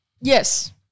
Yes